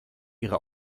ihre